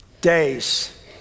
Days